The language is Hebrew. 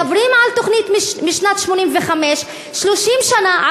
מדברים על תוכנית משנת 1985, 30 שנה.